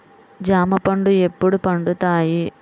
జామ పండ్లు ఎప్పుడు పండుతాయి?